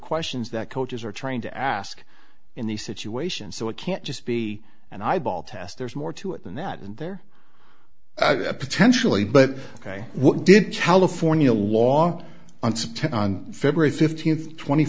questions that coaches are trying to ask in these situations so it can't just be an eyeball test there's more to it than that and there potentially but ok what did california law unspent on february fifteenth tw